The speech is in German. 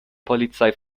polizei